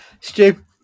Stu